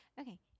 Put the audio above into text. okay